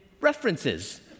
references